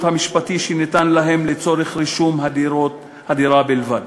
המשפטי שניתן להם לצורך רישום הדירה בלבד.